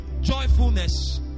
joyfulness